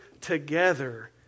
together